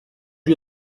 you